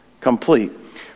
complete